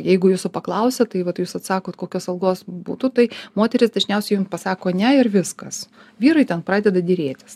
jeigu jūsų paklausia tai vat jūs atsakot kokios algos būtų tai moterys dažniausiai jum pasako ne ir viskas vyrai ten pradeda derėtis